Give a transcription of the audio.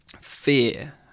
fear